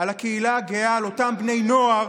על הקהילה הגאה, על אותם בני נוער,